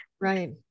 Right